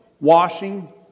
washing